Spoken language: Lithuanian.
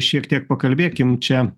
šiek tiek pakalbėkim čia